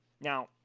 Now